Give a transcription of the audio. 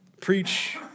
preach